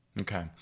Okay